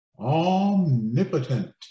omnipotent